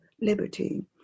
Liberty